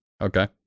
Okay